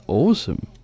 awesome